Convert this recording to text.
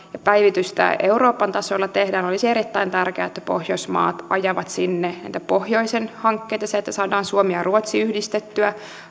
päivitystä euroopan tasolla tehdään olisi erittäin tärkeää että pohjoismaat ajaisivat sinne näitä pohjoisen hankkeita sitä että saadaan suomi ja ruotsi yhdistettyä